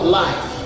life